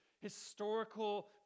historical